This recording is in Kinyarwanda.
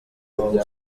wawe